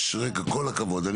אני